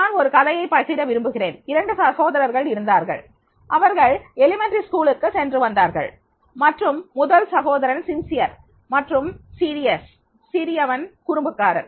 நான் ஒரு கதையை பகிர விரும்புகிறேன் 2 சகோதரர்கள் இருந்தார்கள் அவர்கள் தொடக்கப் பள்ளிக்கு சென்று வந்தார்கள் மற்றும் முதல் சகோதரன் நேர்மையானவன் மற்றும் தீவிரமானவன் சிறியவன் குறும்புக்காரன்